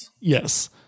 yes